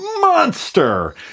monster